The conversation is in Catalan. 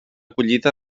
collita